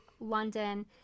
london